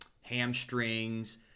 hamstrings